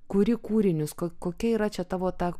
kuri kūrinius ko kokia yra čia tavo ta